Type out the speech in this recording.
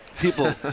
People